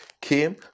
came